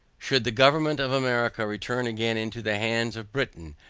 should the government of america return again into the hands of britain,